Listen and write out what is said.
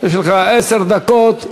יש לך עשר דקות.